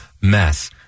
mess